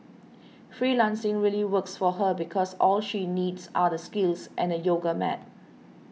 freelancing really works for her because all she needs are the skills and a yoga mat